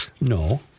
No